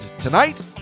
tonight